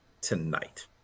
tonight